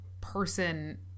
person